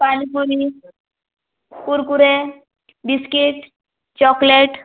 पानी puri Kurkure biscuit chocolate